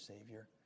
Savior